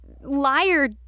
liar